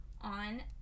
on